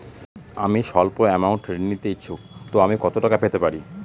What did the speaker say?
আমি সল্প আমৌন্ট ঋণ নিতে ইচ্ছুক তো আমি কত টাকা পেতে পারি?